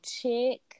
chick